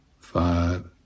five